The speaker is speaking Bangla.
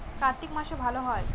কার্তিক মাসে ভালো হয়?